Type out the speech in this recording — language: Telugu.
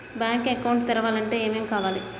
బ్యాంక్ అకౌంట్ తెరవాలంటే ఏమేం కావాలి?